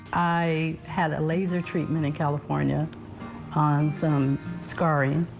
i had laser treatment in california on some scarring.